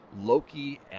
Loki